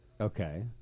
Okay